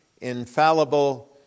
infallible